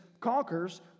conquers